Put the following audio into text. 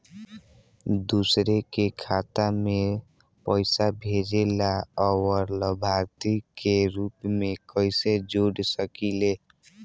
दूसरे के खाता में पइसा भेजेला और लभार्थी के रूप में कइसे जोड़ सकिले?